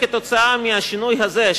עקב השינוי הזה,